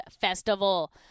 festival